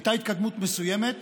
הייתה התקדמות מסוימת,